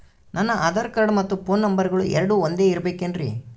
ನನ್ನ ಆಧಾರ್ ಕಾರ್ಡ್ ಮತ್ತ ಪೋನ್ ನಂಬರಗಳು ಎರಡು ಒಂದೆ ಇರಬೇಕಿನ್ರಿ?